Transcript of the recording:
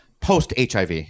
Post-HIV